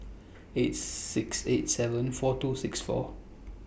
eight six eight seven four two six four